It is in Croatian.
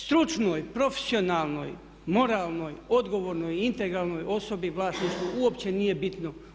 Stručnoj, profesionalnoj, moralnoj, odgovornoj i integralnoj osobi vlasništvo uopće nije bitno.